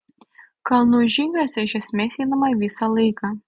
kalnų žygiuose iš esmės einama visą laiką